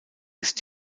ist